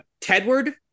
Tedward